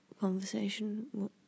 conversation